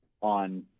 on